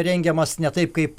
rengiamas ne taip kaip